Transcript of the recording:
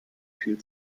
viel